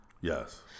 Yes